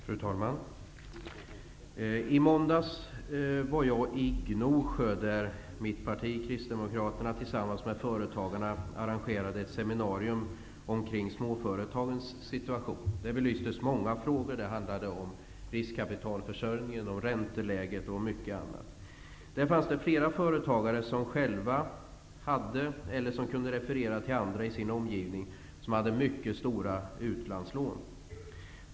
Fru talman! I måndags var jag i Gnosjö där mitt parti, Kristdemokraterna, och företagarna arrangerade ett seminarium omkring småföretagens situation. Där belystes många frågor. Det handlade om riskkapitalförsörjningen, ränteläget och mycket annat. Där fanns flera företagare som själva hade eller som kunde referera till andra i sin omgivning som hade mycket stora utlandslån.